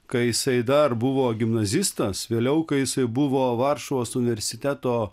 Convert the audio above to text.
kai jisai dar buvo gimnazistas vėliau kai jisai buvo varšuvos universiteto